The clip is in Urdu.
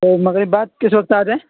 تو مغرب بعد کس وقت آ جائیں